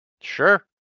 Sure